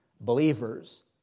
believers